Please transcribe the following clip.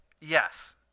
Yes